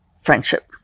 friendship